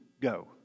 go